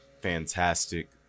fantastic